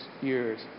years